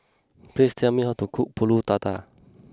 please tell me how to cook Pulut Tatal